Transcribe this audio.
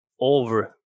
over